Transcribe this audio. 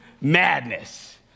madness